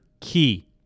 key